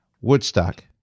Woodstock